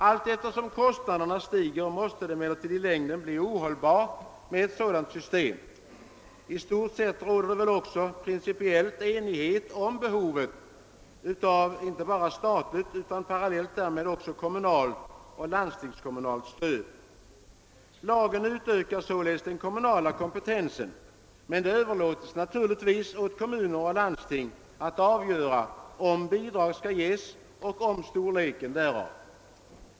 Allteftersom kostnaderna stiger måste det emellertid i längden bli ohållbart med ett sådant system. I stort sett råder väl också principiell enighet om behovet av inte bara statligt utan parallellt därmed också kommunalt och landstingskommunalt stöd. Lagen utökar således den kommunala kompetensen. Men det överlåts naturligtvis åt kommuner och landsting att avgöra om bidrag skall ges och storleken härav.